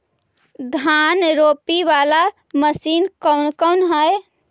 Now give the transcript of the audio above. धान रोपी बाला मशिन कौन कौन है?